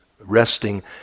resting